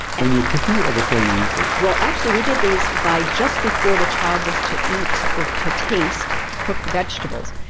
when you're cooking it or before you eat it? well, actually we did these by just before the child was to eat or to taste cooked vegetables,